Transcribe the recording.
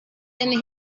and